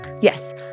Yes